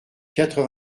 quatre